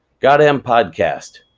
goddamn podcast,